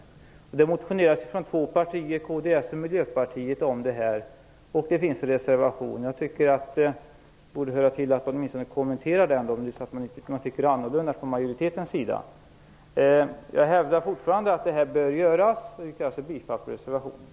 Det har väckts motioner om detta från två partier, kds och Miljöpartiet, och det finns en reservation. Om man från majoritetens sida tycker annorlunda borde man åtminstone kommentera reservationen. Jag hävdar fortfarande att ett samråd bör genomföras. Jag yrkar alltså bifall till reservationen.